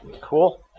Cool